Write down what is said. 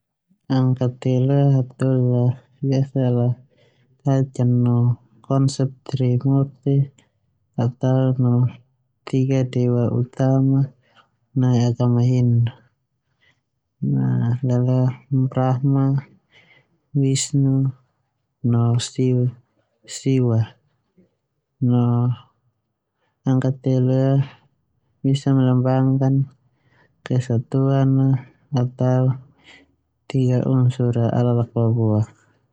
Angka telu ia biasa hataholi a kaitkan no konsep trimurti atau no telu dewa utama nai agama hindu leleo brahma wisnu no siwa no angka telu ia bisa melambangkan kesatuan atau telu unsur a lakababua.